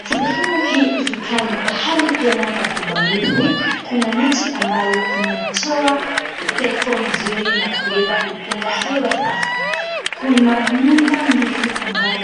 Sehemu hii ikikaa ni pahali pema pa kubarizi kuna miti amabayo inatoa upepo mzuri na kuweza kupunga hewa safi kuna nyumba mbili